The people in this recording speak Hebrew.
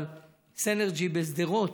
אבל גם סינרג'י בשדרות,